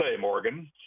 Morgan